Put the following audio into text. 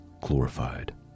glorified